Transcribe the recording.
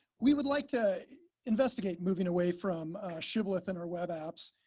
we would like to investigate moving away from shibboleth in our web apps.